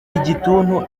igituntu